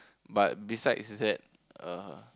but besides that err